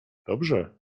dobrze